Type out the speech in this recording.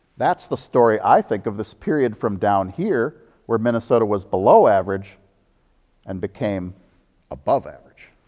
that's the story, i think, of this period from down here, where minnesota was below-average and became above-average.